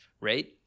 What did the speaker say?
right